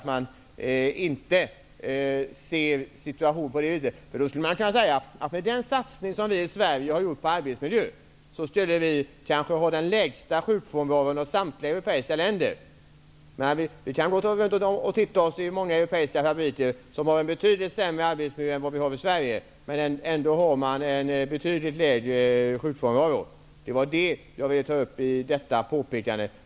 Med den satsning som vi i Sverige har gjort på arbetsmiljön borde vi kanske ha den lägsta sjukfrånvaron bland samtliga europeiska länder. Men i många europeiska fabriker som har en betydligt sämre arbetsmiljö än vad vi har i Sverige har man en betydligt lägre sjukfrånvaro. Det var det som jag syftade på med mitt påpekande.